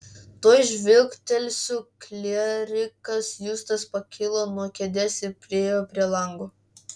tuoj žvilgtelsiu klierikas justas pakilo nuo kėdės ir priėjo prie lango